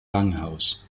langhaus